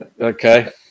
Okay